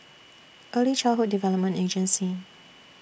Early Childhood Development Agency